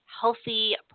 healthy